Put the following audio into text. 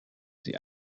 sie